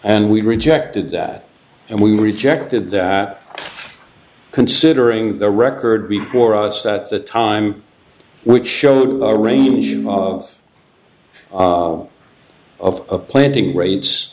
and we rejected that and we rejected that considering the record before us at the time which showed a range of of planting gra